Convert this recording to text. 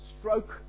stroke